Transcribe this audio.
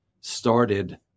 started